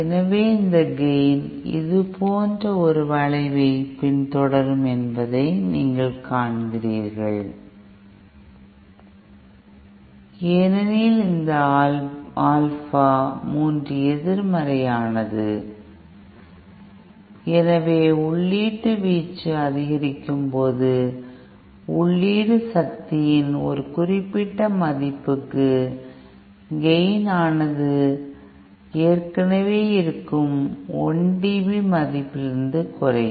எனவே இந்த கேய்ன் இது போன்ற ஒரு வளைவைப் பின்தொடரும் என்பதை நீங்கள் காண்கிறீர்கள் ஏனெனில் அந்த ஆல்பா 3 எதிர்மறையானது எனவே உள்ளீட்டு வீச்சு அதிகரிக்கும் போது உள்ளீடு சக்தியின் ஒரு குறிப்பிட்ட மதிப்புக்கு கேய்ன் ஆனது ஏற்கனவே இருக்கும் 1 dB மதிப்பிலிருந்து குறையும்